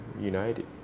united